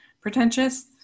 pretentious